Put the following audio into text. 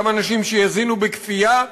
גם אנשים שיזינו בכפייה,